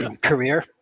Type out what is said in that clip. career